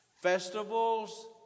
festivals